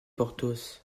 porthos